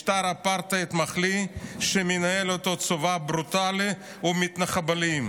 משטר אפרטהייד מחליא שמנהל אותו צבא ברוטלי ומתנחבלים".